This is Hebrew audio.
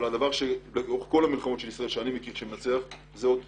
אבל הדבר שלאורך כל מלחמות ישראל הוא המכריע ביותר זה מה